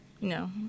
no